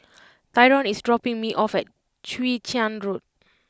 Tyrone is dropping me off at Chwee Chian Road